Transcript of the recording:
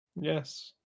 Yes